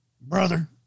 Brother